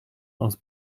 aus